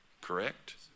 Correct